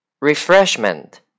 Refreshment